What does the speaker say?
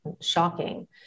Shocking